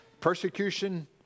Persecution